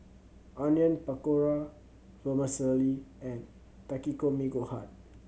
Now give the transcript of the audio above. Onion Pakora Vermicelli and Takikomi Gohan